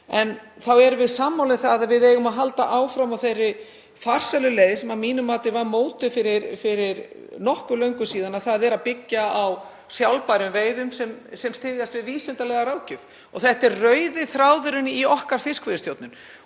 þá erum við sammála um að við eigum að halda áfram á þeirri farsælu leið sem að mínu mati var mótuð fyrir nokkuð löngu síðan, þ.e. að byggja á sjálfbærum veiðum sem styðjast við vísindalega ráðgjöf. Þetta er rauði þráðurinn í fiskveiðistjórn